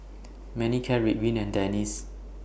Manicare Ridwind and Dentiste